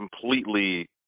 completely